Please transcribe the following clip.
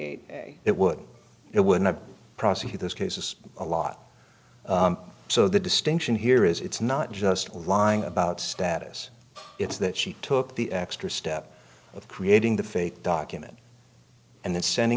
eight it would it would not prosecute those cases a lot so the distinction here is it's not just lying about status it's that she took the extra step of creating the fake document and then sending